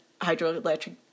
hydroelectric